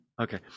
Okay